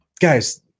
guys